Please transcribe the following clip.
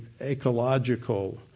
ecological